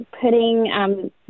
putting –